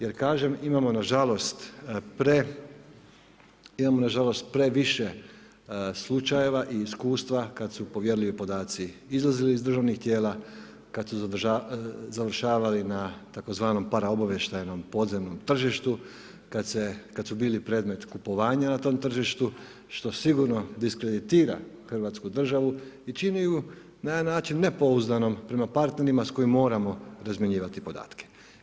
Jer kažem, imamo nažalost previše slučajeva i iskustva kad su povjerljivi podaci izlazili iz državnih tijela, kad su završavali na tzv. paraobavještajnom podzemnom tržištu, kad su bili predmet kupovanja na tom tržištu što sigurno diskreditira hrvatsku državu i čini ju na jedan način nepouzdanom prema partnerima s kojima moramo razmjenjivati podatke.